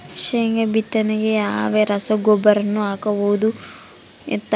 ಶೇಂಗಾ ಬಿತ್ತನೆಗೆ ಯಾವ ರಸಗೊಬ್ಬರವನ್ನು ಹಾಕುವುದು ಉತ್ತಮ?